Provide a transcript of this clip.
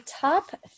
top